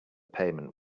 payment